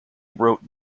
wrote